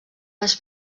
les